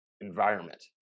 environment